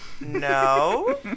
No